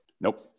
Nope